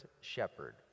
shepherd